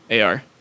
Ar